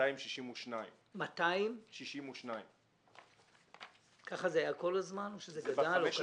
יש 262. ככה זה היה כל הזמן או שזה גדל או קטן?